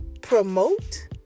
promote